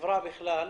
בחברה הכללית,